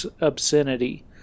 obscenity